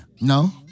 No